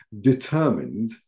determined